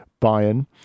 Bayern